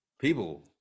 people